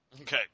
Okay